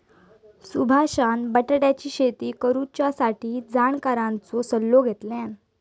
सुभाषान बटाट्याची शेती करुच्यासाठी जाणकारांचो सल्लो घेतल्यान